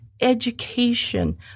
education